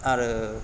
आरो